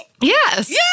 Yes